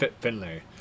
Finlay